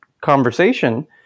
conversation